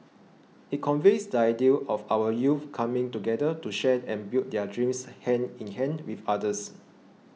it conveys the ideal of our youth coming together to share and build their dreams hand in hand with others